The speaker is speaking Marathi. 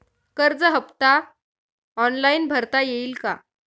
कर्ज हफ्ता ऑनलाईन भरता येईल का?